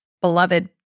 beloved